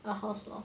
a house lor